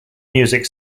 music